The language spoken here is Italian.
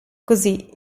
così